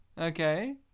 Okay